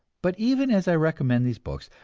but even as i recommend these books,